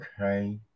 okay